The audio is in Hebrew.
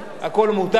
הכול מותר,